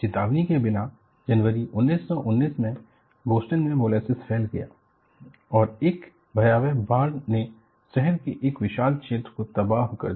चेतावनी के बिना जनवरी 1919 में बोस्टन में मोलेसेस फैल गया और एक भयावह बाढ़ ने शहर के एक विशाल क्षेत्र को तबाह कर दिया